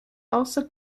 also